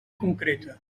concreta